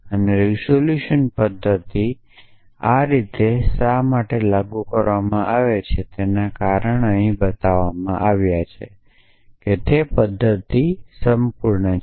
અને રીઝોલ્યુશન પદ્ધતિ શા માટે આ રીતે લાગુ કરવામાં આવે છે તે કારણ છે કારણ કે તે બતાવવામાં આવ્યું છે કે પદ્ધતિ પૂર્ણ છે